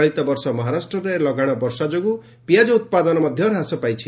ଚଳିତ ବର୍ଷ ମହାରାଷ୍ଟରେ ଲଗାଣ ବର୍ଷା ଯୋଗୁଁ ପିଆଜ ଉପାଦନ ହ୍ରାସ ପାଇଛି